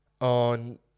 on